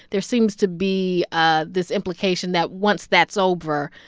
there seems to be ah this implication that once that's over,